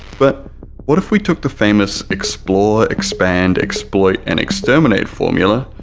but what if we took the famous explore, expand, exploit and exterminate formula,